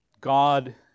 God